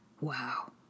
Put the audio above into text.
Wow